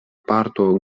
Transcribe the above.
parto